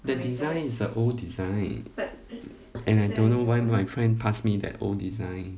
that design is a old design and I don't know why my friend pass me that old design